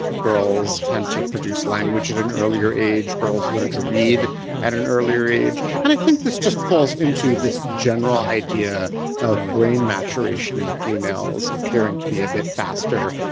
girls tend to produce language at an earlier age, girls learn to read at an earlier age. but and i think this just falls into this general idea of brain maturation in females appearing to be a bit faster.